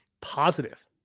positive